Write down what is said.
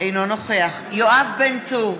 אינו נוכח יואב בן צור,